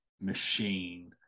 machine